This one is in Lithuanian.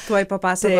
tuoj papasakos